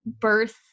birth